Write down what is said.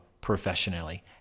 professionally